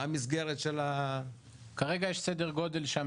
מה המסגרת של ה- -- כרגע יש סדר גודל שם,